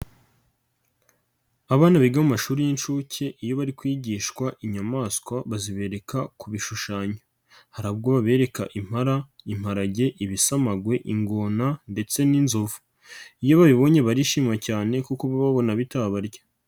Abana biga amashuri y'inshuke iyo bari kwigishwa inyamaswa bazibereka ku bishushano, hari ubwo baberereka impala, imparage, ibisamagwe, ingona ndetse n'inzovu, iyo babibonye barishima cyane kuko baba babona bitabarya.